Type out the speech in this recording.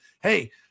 hey